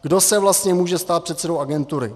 Kdo se vlastně může stát předsedou agentury?